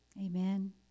Amen